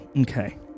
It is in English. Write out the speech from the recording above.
Okay